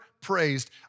praised